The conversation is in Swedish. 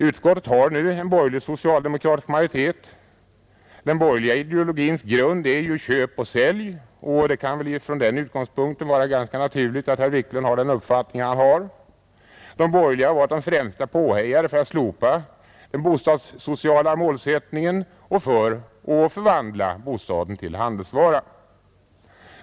Utskottet har nu en borgerlig-socialdemokratisk majoritet. Den borgerliga ideologins grund är ju köp och sälj, och det kan väl från den utgångspunkten vara ganska naturligt att herr Wiklund har den uppfattning han har. De borgerliga har varit de främsta påhejarna för att slopa den bostadssociala målsättningen och för att förvandla bostaden till handelsvara.